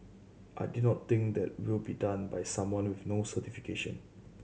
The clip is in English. I do not think that will be done by someone with no certification